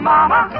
Mama